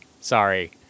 Sorry